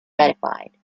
ratified